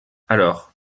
alors